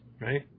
right